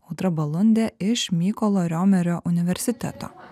audra balundė iš mykolo riomerio universiteto